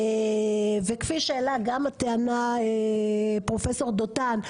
וכפי שאלה גם הטענה פרופסור דותן,